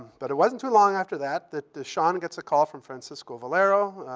but it wasn't too long after that that sean gets a call from francisco valero.